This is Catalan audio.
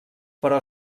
però